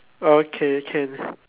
okay can